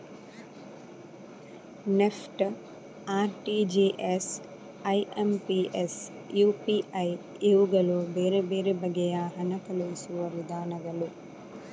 NEFT, RTGS, IMPS, UPI ಇವುಗಳು ಬೇರೆ ಬೇರೆ ಬಗೆಯ ಹಣ ಕಳುಹಿಸುವ ವಿಧಾನಗಳು